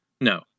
No